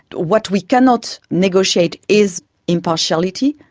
what we cannot negotiate is impartiality.